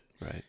Right